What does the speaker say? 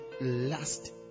last